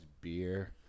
beer